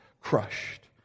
crushed